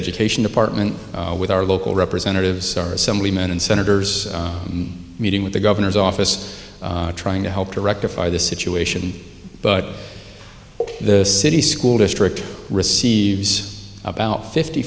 education department with our local representatives our assemblyman and senators meeting with the governor's office trying to help to rectify the situation but the city school district receives about fifty